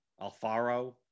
Alfaro